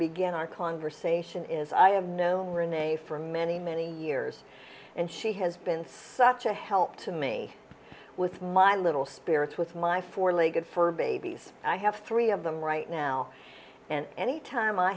begin our conversation is i have known rene for many many years and she has been such a help to me with my little spirits with my four legged fur babies i have three of them right now and anytime i